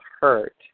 hurt